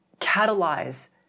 catalyze